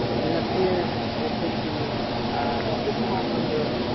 and then up here we'll put the the syscall number